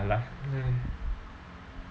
ya lah